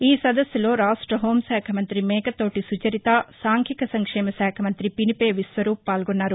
ఈ సదస్సులో రాష్ట హోంశాఖ మంతి మేకతోటీ సుచరిత సాంఘిక సంక్షేమ శాఖ మంత్రి పినిపే విశ్వరూప్ పాల్గొన్నారు